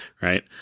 Right